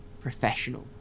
professional